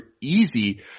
easy